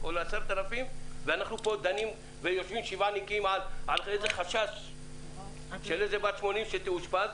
ואנחנו דנים ויושבים שבעה נקיים על איזה חשש לגבי בת 80 שתאושפז,